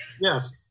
Yes